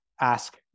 ask